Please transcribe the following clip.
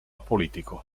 politico